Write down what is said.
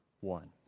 one